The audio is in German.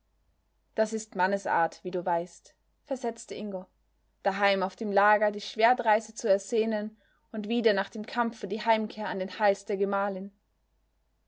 das ist mannesart wie du weißt versetzte ingo daheim auf dem lager die schwertreise zu ersehnen und wieder nach dem kampfe die heimkehr an den hals der gemahlin